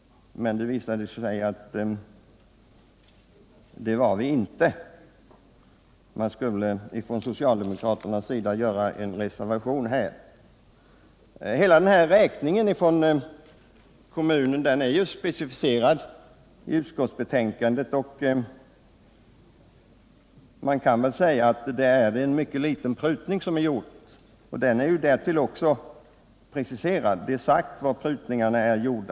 Men det visade sig att det var vi inte, utan socialdemokraterna reserverade sig slutligen. Hela räkningen från Luleå kommun är ju specificerad i utskottsbetänkandet, och bara en liten prutning har gjorts. Därtill är också den specificerad, så att det klart framgår var prutningen är gjord.